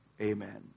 Amen